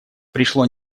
пришло